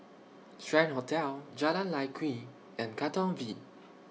Strand Hotel Jalan Lye Kwee and Katong V